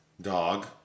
Dog